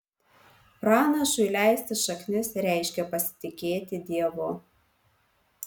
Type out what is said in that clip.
pranašui leisti šaknis reiškia pasitikėti dievu